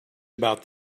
about